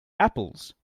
apples